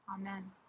Amen